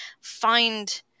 find